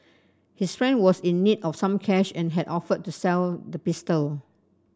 his friend was in need of some cash and had offered to sell the pistol